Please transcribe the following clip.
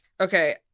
Okay